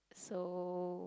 so